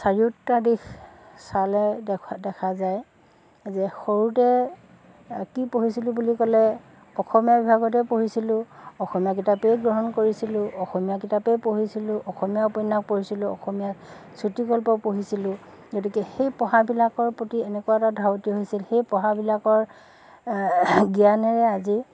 চাৰিওটা দিশ চালে দেখা দেখা যায় যে সৰুতে কি পঢ়িছিলোঁ বুলি ক'লে অসমীয়া বিভাগতে পঢ়িছিলোঁ অসমীয়া কিতাপেই গ্ৰহণ কৰিছিলোঁ অসমীয়া কিতাপেই পঢ়িছিলোঁ অসমীয়া উপন্যাস পঢ়িছিলোঁ অসমীয়া চুটিকল্প পঢ়িছিলোঁ গতিকে সেই পঢ়াবিলাকৰ প্ৰতি এনেকুৱা এটা ধাউতি হৈছিল সেই পঢ়াবিলাকৰ জ্ঞানেৰে আজি